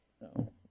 No